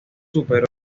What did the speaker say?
superó